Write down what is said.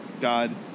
God